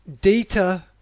data